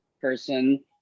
person